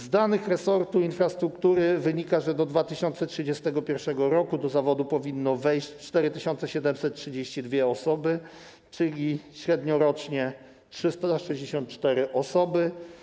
Z danych resortu infrastruktury wynika, że do 2031 r. do zawodu powinny wejść 4732 osoby, czyli średniorocznie 364 osoby.